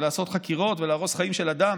ולעשות חקירות ולהרוס חיים של אדם.